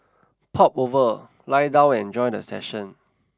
pop over lie down and enjoy the session